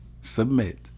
submit